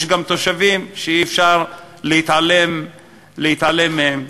יש גם תושבים שאי-אפשר להתעלם מהם.